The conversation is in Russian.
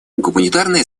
гуманитарное